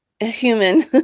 human